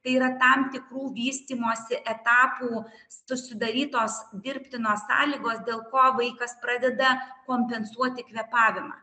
kai yra tam tikrų vystymosi etapų sudarytos dirbtinos sąlygos dėl ko vaikas pradeda kompensuoti kvėpavimą